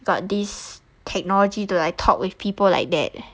got this technology to like talk like with people like that